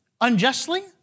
unjustly